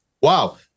Wow